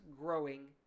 growing